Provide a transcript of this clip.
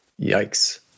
yikes